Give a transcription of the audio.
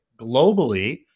globally